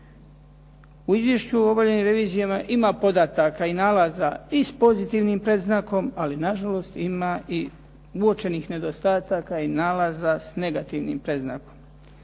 U Izvješću o obavljenim revizijama ima podataka i nalaza i s pozitivnim predznakom, ali nažalost ima i uočenih nedostataka i nalaza s negativnim predznakom